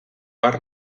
har